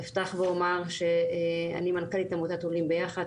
אפתח ואומר שאני מנכ"לית עמותת עולים ביחד,